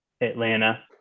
Atlanta